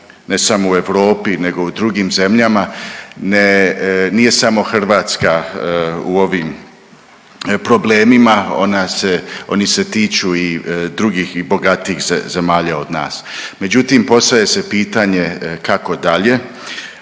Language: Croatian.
ne samo u Europi nego i u drugim zemljama, nije samo Hrvatska u ovim problemima, oni se tiču i drugih i bogatijih zemalja od nas, međutim postavlja se pitanje kako dalje.